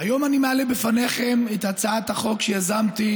היום אני מעלה בפניכם את הצעת החוק שיזמתי